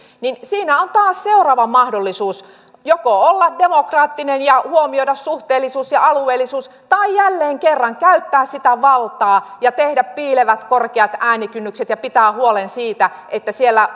niin siinä on taas seuraava mahdollisuus joko olla demokraattinen ja huomioida suhteellisuus ja alueellisuus tai jälleen kerran käyttää sitä valtaa ja tehdä piilevät korkeat äänikynnykset ja pitää huoli siitä että siellä